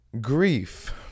Grief